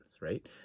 right